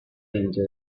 dentro